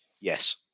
Yes